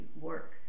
work